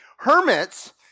Hermits